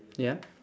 ya